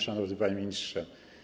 Szanowny Panie Ministrze!